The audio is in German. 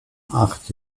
acht